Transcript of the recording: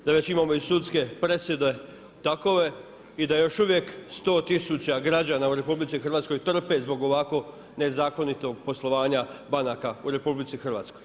Da već imamo i sudske presude takove i da još uvijek 100000 građana u RH, trpe zbog ovako nezakonitog poslovanja banaka u RH.